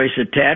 attached